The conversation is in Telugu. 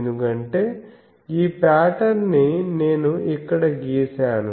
ఎందుకంటే ఈ పాటర్న్ ని నేను ఇక్కడ గీసాను